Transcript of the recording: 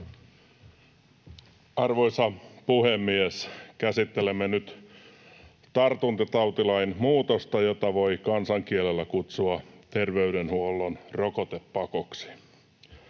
Arvoisa puhemies! Käsittelemme nyt tartuntatautilain muutosta, jota voi kansankielellä kutsua terveydenhuollon rokotepakoksi.